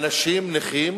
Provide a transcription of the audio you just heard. אנשים נכים